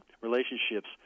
relationships